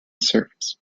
surface